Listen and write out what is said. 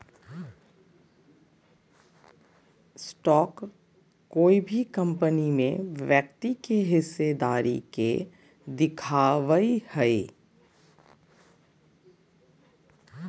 stock कोय भी company में व्यक्ति के हिस्सेदारी के दिखावय हइ